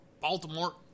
Baltimore